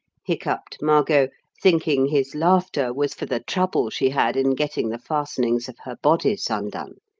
hiccoughed margot, thinking his laughter was for the trouble she had in getting the fastenings of her bodice undone.